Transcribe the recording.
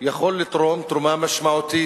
יכול לתרום תרומה משמעותית,